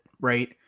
Right